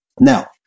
Now